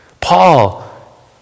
Paul